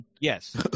yes